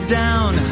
down